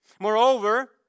Moreover